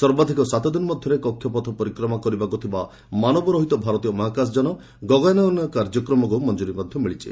ସର୍ବାଧିକ ସାତ ଦିନ ମଧ୍ୟରେ କକ୍ଷପଥ ପରିକ୍ରମା କରିବାକୁ ଥିବା ମାନବ ରହିତ ଭାରତୀୟ ମହାକାଶ ଯାନ ଗଗନାୟନ କାର୍ଯ୍ୟକ୍ରମକୁ ମଞ୍ଜୁରୀ ମିଳିଛି